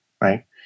right